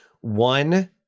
One